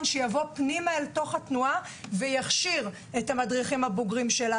שיבוא פנימה לתנועה ויכשיר את המדריכים הבוגרים שלה,